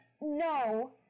no